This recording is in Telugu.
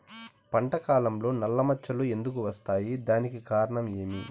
పంట కాలంలో నల్ల మచ్చలు ఎందుకు వస్తాయి? దానికి కారణం ఏమి?